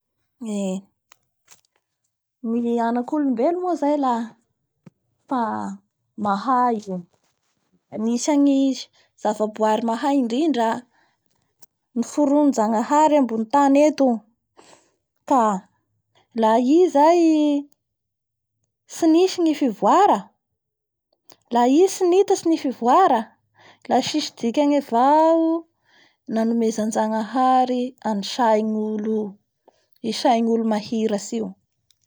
Eee ny anak'olombelo moa zay la fa mahay io, anisan'ny zavaboahary mahay indrindra noforoninjanahary ambonitany eto, ka laha i zay tsy nisy ny fivoara la i tsy nitatsy ny fivoara la tsisy dikanya avao ny nanomezanjanahary an'ny sain'olo io, i sain'olo mahiratsy io.